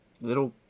little